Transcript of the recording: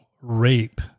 rape